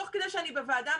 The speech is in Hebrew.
תוך כדי שאני בוועדה,